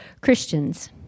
Christians